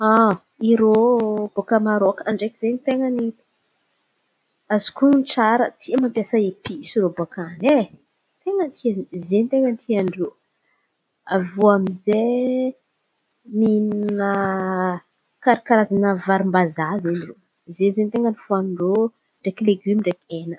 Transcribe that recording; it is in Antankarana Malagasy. Irô baka Marôky an̈y ndraiky izen̈y ten̈a ny azoko honon̈o tsara tsy mampiasa episy irô baka an̈y ai, ten̈a tsy zen̈y ten̈a tian-drô. Aviô aminjay mihinan̈a kara- karazan̈a varim-bazaha izen̈y irô zen̈y zen̈y ten̈a fohanin-drô, ndraiky legimo ndraiky hena.